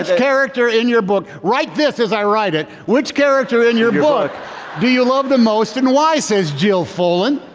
character in your book, write this as i write it, which character in your book do you love the most and why? says jill fullin.